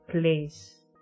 place